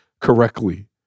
correctly